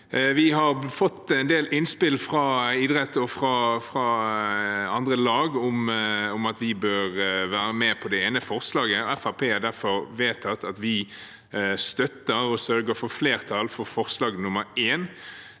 Vi har fått en del innspill fra idretten og andre lag om at vi bør være med på det ene forslaget. Fremskrittspartiet har derfor vedtatt at vi vil støtte og sørge for flertall for forslag nr.